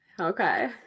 Okay